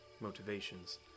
motivations